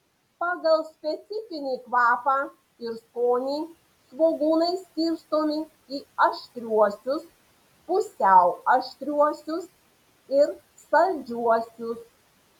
pagal specifinį kvapą ir skonį svogūnai skirstomi į aštriuosius pusiau aštriuosius ir saldžiuosius